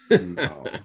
no